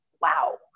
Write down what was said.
wow